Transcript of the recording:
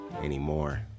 anymore